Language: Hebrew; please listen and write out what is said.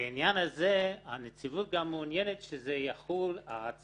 לעניין הזה הנציבות גם מעוניינת שההצעה